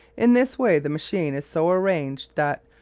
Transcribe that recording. in this way the machine is so arranged that,